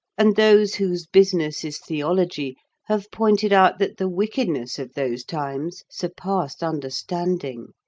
and those whose business is theology have pointed out that the wickedness of those times surpassed understanding,